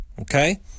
okay